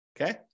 Okay